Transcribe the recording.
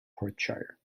perthshire